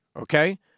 okay